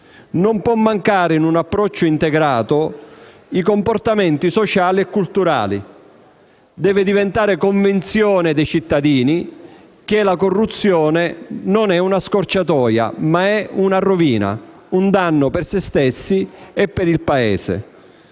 Non possono mancare, in un approccio integrato, i comportamenti sociali e culturali; deve diventare convinzione dei cittadini che la corruzione non è una scorciatoia, ma una rovina, un danno per se stessi e per il Paese.